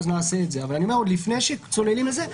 אבל עוד לפני שצוללים לזה,